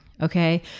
okay